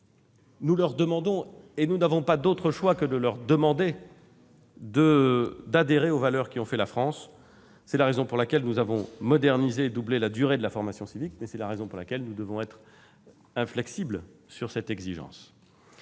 nous leur demandons, et nous n'avons pas d'autre choix que de leur demander d'adhérer aux valeurs qui ont fait la France. C'est la raison pour laquelle nous avons modernisé et doublé la durée de la formation civique. Nous devons être inflexibles sur cette exigence.